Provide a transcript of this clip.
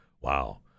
Wow